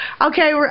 Okay